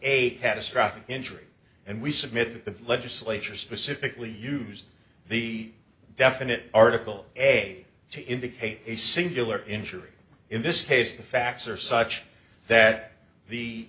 a catastrophic injury and we submit that the legislature specifically used the definite article a to indicate a singular injury in this case the facts are such that the